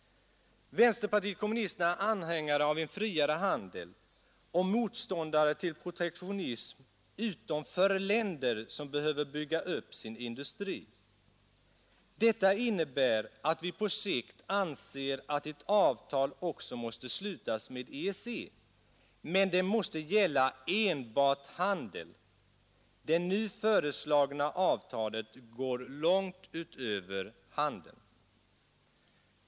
Vänsterpartiet kommunisterna är anhängare av en friare handel och motståndare till protektionism, utom för länder som behöver bygga upp sin industri. Detta innebär att vi på sikt anser att ett avtal också måste slutas med EEC. Men det måste gälla enbart handel. Det nu föreslagna avtalet går långt utöver handeln.